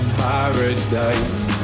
paradise